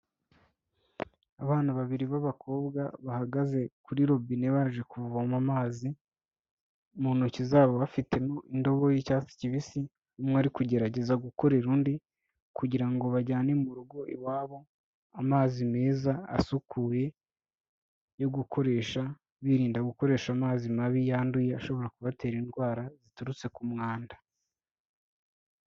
Abana babiri b'abakobwa bahagaze kuri robine baje kuvoma amazi. Mu ntoki zabo bafitemo indobo y'icyatsi kibisi, umwe ari kugerageza gukorera undi kugira ngo bajyane mu rugo iwabo amazi meza asukuye yo gukoresha, birinda gukoresha amazi mabi yanduye ashobora kubatera indwara ziturutse ku mwanda.